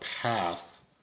pass